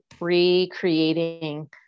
recreating